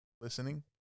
Listening